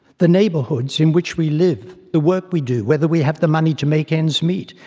the neighbourhoods in which we live, the work we do, whether we have the money to make ends meet,